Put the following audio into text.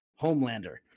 Homelander